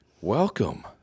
Welcome